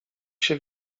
się